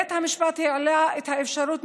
בית המשפט העלה את האפשרות,